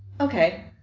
Okay